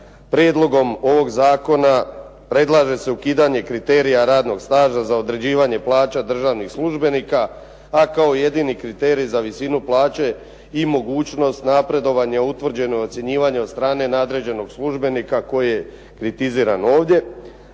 Prijedlogom ovog zakona predlaže se ukidanje kriterija radnog staža za određivanje plaća državnih službenika, a kao jedini kriterij za visinu plaće i mogućnost napredovanja utvrđeno je ocjenjivanje od strane nadređenog službenika koji je kritiziran ovdje.